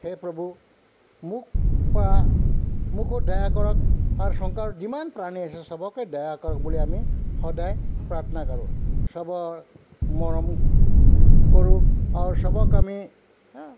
সেই প্ৰভু মোক মোকো দয়া কৰক কাৰণ সংসাৰত যিমান প্ৰাণী আছে চবকে দয়া কৰক বুলি আমি সদায় প্ৰাৰ্থনা কৰোঁ চবৰ মৰম কৰোঁ আৰু চবক আমি হা